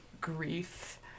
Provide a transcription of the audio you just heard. grief